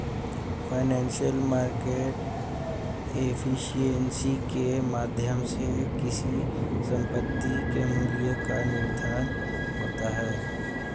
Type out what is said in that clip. financial market efficiency के माध्यम से किसी संपत्ति के मूल्य का निर्धारण होता है